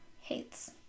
hates